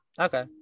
Okay